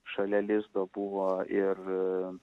šalia lizdo buvo ir